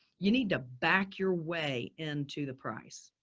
you need to back your way into the price.